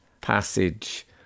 passage